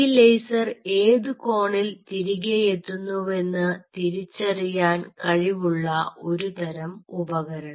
ഈ ലേസർ ഏത് കോണിൽ തിരികെയെത്തുന്നുവെന്ന് തിരിച്ചറിയാൻ കഴിവുള്ള ഒരു തരം ഉപകരണം